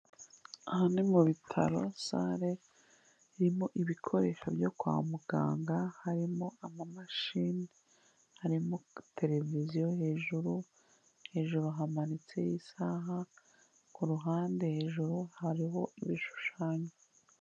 Ahan ni mu bitaro, sare irimo ibikoresho byo kwa muganga, harimo amamashini, harimo televiziyo hejuru, hejuru hamanitse isaha, ku ruhande hejuru hariho ibishushanyo.